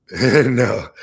No